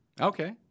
Okay